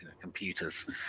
Computers